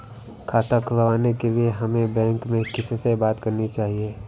खाता खुलवाने के लिए हमें बैंक में किससे बात करनी चाहिए?